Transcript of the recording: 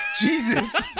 Jesus